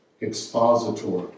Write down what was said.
expositor